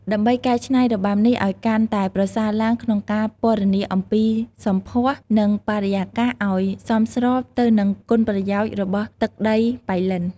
ដើម្បីកែច្នៃរបាំនេះឲ្យកាន់តែប្រសើរឡើងក្នុងការពណ៌នាអំពីសម្ផស្ស និងបរិយាកាសឲ្យសមស្របទៅនឹងគុណប្រយោជន៍របស់ទឹកដីប៉ៃលិន។